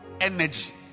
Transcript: energy